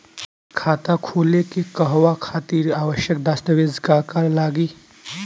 खाता खोले के कहवा खातिर आवश्यक दस्तावेज का का लगी?